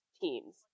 teams